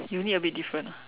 uni a bit different ah